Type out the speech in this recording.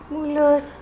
Mulut